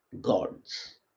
gods